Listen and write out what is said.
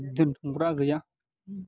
दोन्थुमग्रा गैया